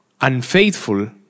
unfaithful